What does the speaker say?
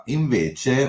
invece